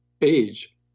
age